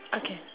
okay